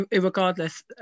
regardless